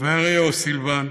ואריה אוסוליבן